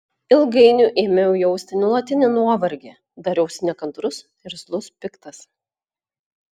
ilgainiui ėmiau jausti nuolatinį nuovargį dariausi nekantrus irzlus piktas